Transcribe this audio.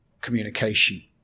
communication